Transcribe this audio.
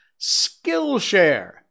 Skillshare